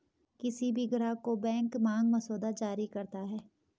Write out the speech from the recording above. किसी भी ग्राहक को बैंक मांग मसौदा जारी करता है